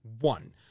One